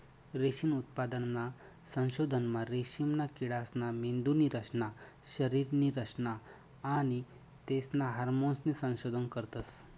रेशीम उत्पादनना संशोधनमा रेशीमना किडासना मेंदुनी रचना, शरीरनी रचना आणि तेसना हार्मोन्सनं संशोधन करतस